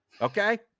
Okay